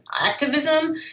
activism